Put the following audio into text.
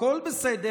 הכול בסדר.